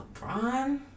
LeBron